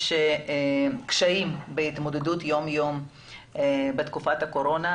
קשיים בהתמודדות יום-יום בתקופת הקורונה.